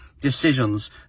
decisions